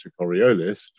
Coriolis